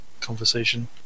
conversation